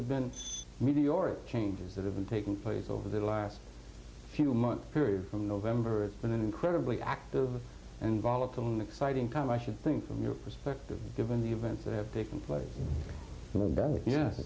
events maybe your changes that have been taking place over the last few months period from november when an incredibly active and volatile an exciting time i should think from your perspective given the events that have taken place